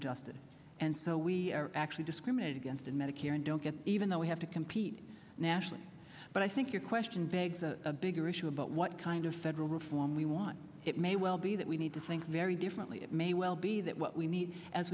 adjusted and so we are actually discriminated against in medicare and don't get even though we have to compete nationally but i think your question begs a bigger issue about what kind of federal reform we want it may well be that we need to think very differently it may well be that what we need as